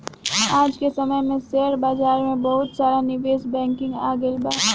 आज के समय में शेयर बाजार में बहुते सारा निवेश बैंकिंग आ गइल बा